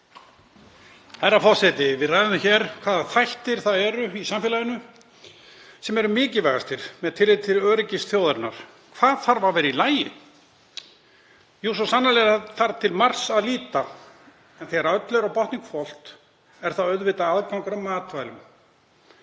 Herra forseti. Við ræðum hér hvaða þættir það eru í samfélaginu sem eru mikilvægastir með tilliti til öryggis þjóðarinnar. Hvað þarf að vera í lagi? Jú, svo sannarlega er til margs að líta. En þegar öllu er á botninn hvolft er auðvitað það mikilvægasta aðgangur